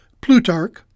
Plutarch